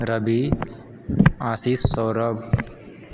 Ravi Ashish Saurabh